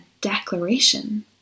declaration